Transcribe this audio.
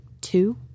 two